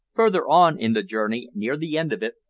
further on in the journey, near the end of it,